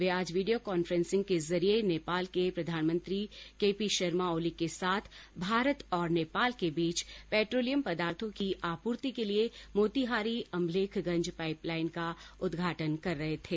वे आज video conferencing के जरिये नेपाल के प्रधानमंत्री के पी शर्मा ओली के साथ भारत और नेपाल के बीच पेट्रोलियम पदार्थों की आपूर्ति के लिए मोतीहारी अमलेखगंज पाइपलाइन का उद्घाटन कर रहे थे